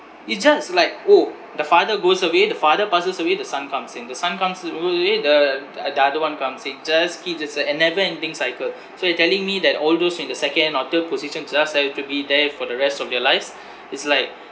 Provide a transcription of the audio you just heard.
it just like orh the father goes away the father passes away the son comes in the son comes in passes away the uh the other one comes in just keep just uh a never ending cycle so you telling me that all those in the second or third position just have to be there for the rest of their lives it's like